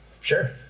Sure